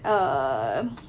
err